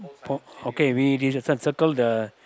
okay we we decide circle the